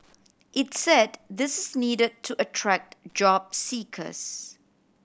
it said this is need to attract job seekers